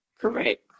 Correct